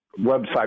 website